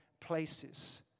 places